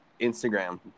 Instagram